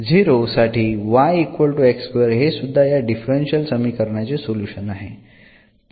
तर साठी हे सुद्धा या डिफरन्शियल समीकरणाचे सोल्युशन आहे